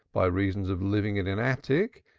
by reason of living in an attic,